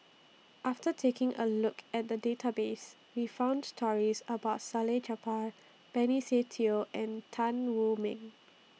after taking A Look At The Database We found stories about Salleh Japar Benny Se Teo and Tan Wu Meng